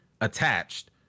attached